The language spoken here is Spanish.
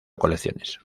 colecciones